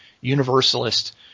universalist